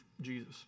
Jesus